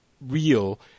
real